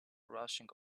rushing